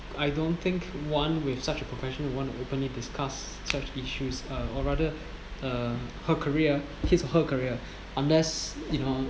I don't think one with such a profession would want to openly discuss such issues uh rather uh her career his her career unless you know